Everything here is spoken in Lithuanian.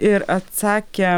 ir atsakė